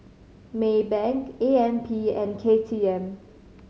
Maybank A M P and K T M